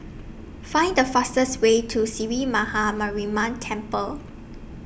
Find The fastest Way to Sree Maha Mariamman Temple